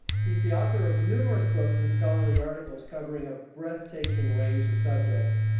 he's the author of numerous books and scholarly articles covering a breathtaking range of subjects.